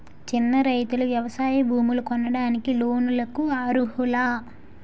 చిన్న రైతులు వ్యవసాయ భూములు కొనడానికి లోన్ లకు అర్హులా?